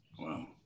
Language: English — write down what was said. Wow